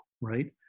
right